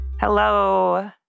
Hello